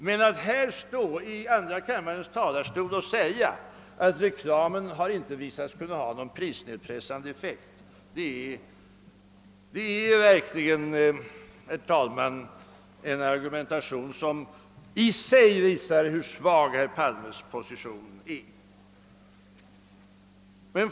Att stå som herr Palme här i andra kammarens talarstol och säga, att reklamen inte har visat sig kunna ha någon prisnedpressande effekt är verkligen, herr talman, ett sätt att argumentera som visar hur svag herr Palmes position är.